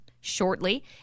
shortly